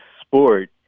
sport